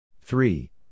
three